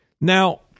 Now